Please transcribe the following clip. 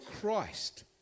Christ